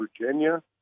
Virginia